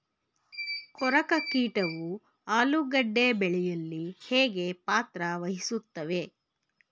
ಕೊರಕ ಕೀಟವು ಆಲೂಗೆಡ್ಡೆ ಬೆಳೆಯಲ್ಲಿ ಹೇಗೆ ಪಾತ್ರ ವಹಿಸುತ್ತವೆ?